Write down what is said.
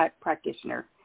practitioner